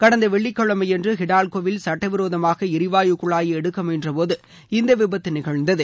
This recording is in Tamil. கடந்த வெள்ளிக்கிழமையன்று ஹிடால்கோவில் சட்டவிரோதமாக எரிவாயு எடுக்க குழாயை முயன்றபோது இந்த விபத்து நிகழ்ந்தது